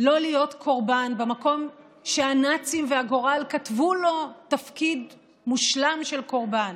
לא להיות קורבן במקום שהנאצים והגורל כתבו לו תפקיד מושלם של קורבן.